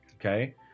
Okay